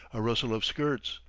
a rustle of skirts,